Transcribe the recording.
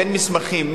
אין מסמכים,